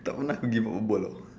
tak pernah pergi buat bual [tau]